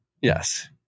Yes